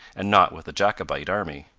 and not with the jacobite, army.